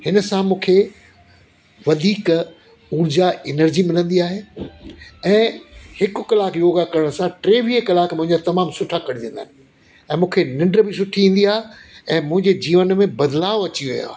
हिन सां मूंखे वधीक ऊर्जा एनर्जी मिलंदी आहे ऐं हिकु कलाकु योगा करण सां टेवीह कलाक मुंहिजा तमामु सुठा कटजंदा आहिनि ऐं मूंखे निंड बि सुठी ईंदी आहे ऐं मुंहिंजे जीवन में बदलाव अची वियो आहे